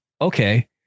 okay